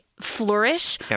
flourish